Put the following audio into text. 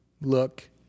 look